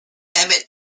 emmett